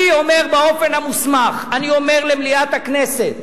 ואני אומר באופן המוסמך, אני אומר למליאת הכנסת: